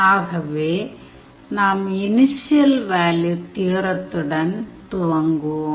ஆகவே நாம் initial value தியோரத்துடன் துவங்குவோம்